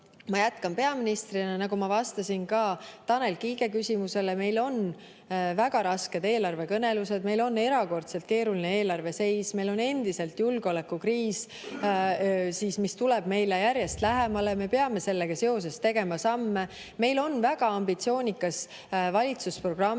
ma jätkan peaministrina. Nagu ma vastasin ka Tanel Kiige küsimusele, siis meil on väga rasked eelarvekõnelused, meil on erakordselt keeruline eelarve seis, meil on endiselt julgeolekukriis, mis tuleb meile järjest lähemale. Me peame sellega seoses tegema samme. Meil on väga ambitsioonikas valitsusprogramm,